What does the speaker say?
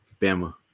Bama